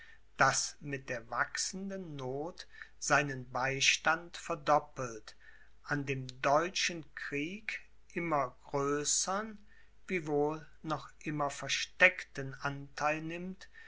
das mit der wachsenden noth seinen beistand verdoppelt an dem deutschen krieg immer größern wiewohl noch immer versteckten antheil nimmt